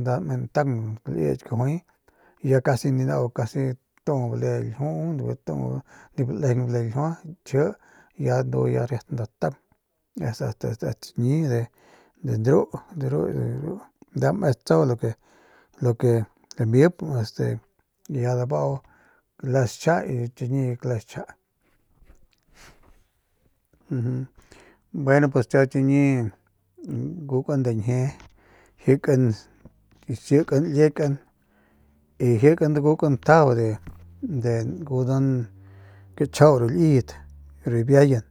nda lantaung laiki kajuay ya casi casi ni nau tu bale ljiu tuu nip lalejeng bale ljiua kji ndu ya riat nda taung y yast chiñi de de ru me tsau de lo que lamip este ya dabau cle xtchja y chiñi cle xchja bueno pues chiñi kiau ngukan nda ñjie jikan xkikan liekan jikan dabukan njajau de ngudan richjiu ru liyet riabiayan.